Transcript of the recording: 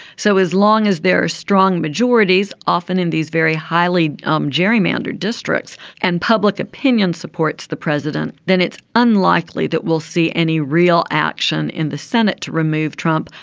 so as long as there are strong majorities often in these very highly um gerrymandered districts and public opinion supports the president then it's unlikely that we'll see any real action in the senate to remove trump.